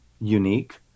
unique